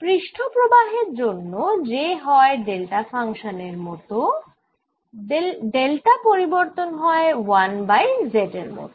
পৃষ্ঠ প্রবাহের জন্য j হয় ডেল্টা ফাংশান এর মত ডেল্টা পরিবর্তন হয় 1 বাই z এর মত